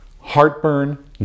heartburn